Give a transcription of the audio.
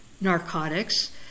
narcotics